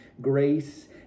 grace